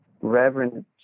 reverence